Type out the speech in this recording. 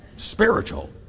Spiritual